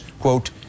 quote